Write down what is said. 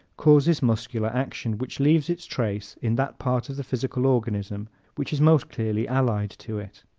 causes muscular action, which leaves its trace in that part of the physical organism which is most closely allied to it.